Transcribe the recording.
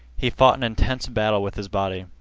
he fought an intense battle with his body.